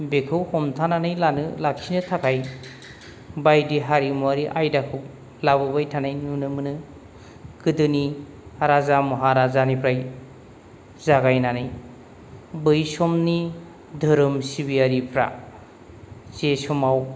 बेखौ हमथानानै लानो लाखिनो थाखाय बायदि हारिमुवारि आयदाफोरखौ लाबोबाय थानाय नुनो मोनो गोदोनि राजा महाराजानिफ्राय जागायनानै बै समनि धोरोम सिबियारिफ्रा जे समाव